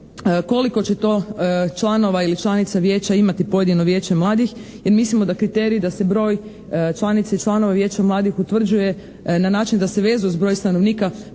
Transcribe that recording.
koliko će to članova ili članica Vijeća imati pojedino Vijeće mladih. Jer mislimo da kriterij da se broj članica i članova Vijeća mladih utvrđuje na način da se veže uz broj stanovnika pogrešan